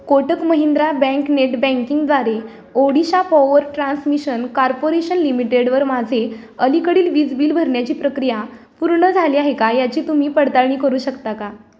Kotak Mahindra bank net बँकिंगद्वारे Odisha power transmission corporation लिमिटेडवर माझे अलीकडील वीज बिल भरण्याची प्रक्रिया पूर्ण झाली आहे का याची तुम्ही पडताळणी करू शकता का